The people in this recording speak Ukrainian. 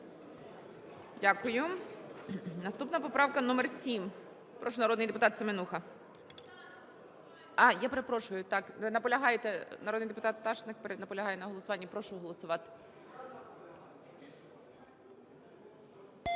Дякую. Наступна поправка - номер 7. Прошу, народний депутат Семенуха. А, я перепрошую, так. Ви наполягаєте, народний депутат Пташник наполягає на голосуванні. Прошу голосувати.